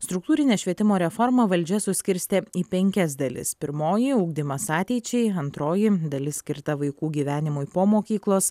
struktūrinę švietimo reformą valdžia suskirstė į penkias dalis pirmoji ugdymas ateičiai antroji dalis skirta vaikų gyvenimui po mokyklos